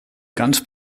ganz